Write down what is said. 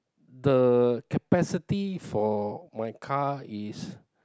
the capacity for my car is